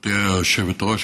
גברתי היושבת-ראש,